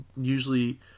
usually